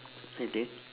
okay